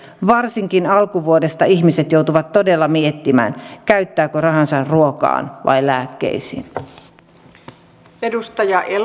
varsinkin alkuvuodesta ihmiset joutuvat todella miettimään käyttävätkö rahansa ruokaan vai lääkkeisiin